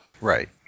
right